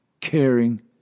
caring